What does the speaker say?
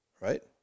right